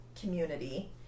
community